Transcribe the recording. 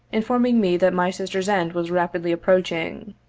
informing me that my sister's end was rapidly approaching.